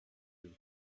deux